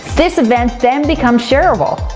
this event then becomes sharable,